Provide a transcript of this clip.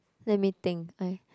let me think I